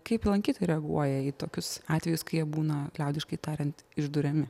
kaip lankytojai reaguoja į tokius atvejus kai jie būna liaudiškai tariant išduriami